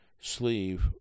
sleeve